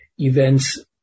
events